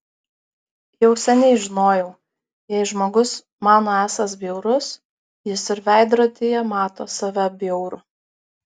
jau seniai žinojau jei žmogus mano esąs bjaurus jis ir veidrodyje mato save bjaurų